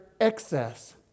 excess